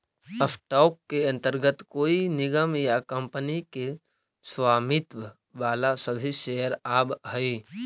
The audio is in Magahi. स्टॉक के अंतर्गत कोई निगम या कंपनी के स्वामित्व वाला सभी शेयर आवऽ हइ